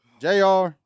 jr